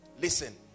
Listen